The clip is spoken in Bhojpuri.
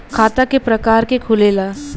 खाता क प्रकार के खुलेला?